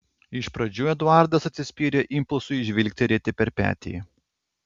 iš pradžių eduardas atsispyrė impulsui žvilgterėti per petį